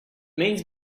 means